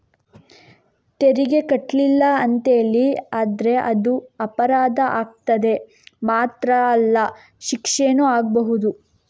ತೆರಿಗೆ ಕಟ್ಲಿಲ್ಲ ಅಂತೇಳಿ ಆದ್ರೆ ಅದು ಅಪರಾಧ ಆಗ್ತದೆ ಮಾತ್ರ ಅಲ್ಲ ಶಿಕ್ಷೆನೂ ಆಗ್ಬಹುದು